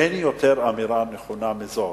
אין אמירה נכונה יותר מזו